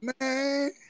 man